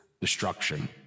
destruction